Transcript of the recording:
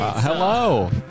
hello